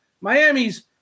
Miami's